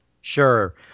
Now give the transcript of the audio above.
Sure